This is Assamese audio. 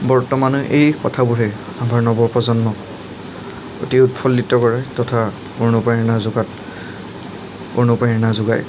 বৰ্তমানো এই কথাবোৰে আমাৰ নৱ প্ৰজন্মক অতি উৎফুল্লিত কৰে তথা অনুপ্ৰেৰণা যোগোৱাত অনুপ্ৰেৰণা যোগায়